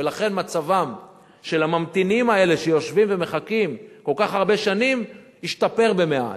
ולכן מצבם של הממתינים האלה שיושבים ומחכים כל כך הרבה שנים השתפר מעט,